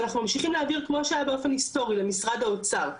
אנחנו ממשיכים להעביר כמו שהיה באופן היסטורי למשרד האוצר,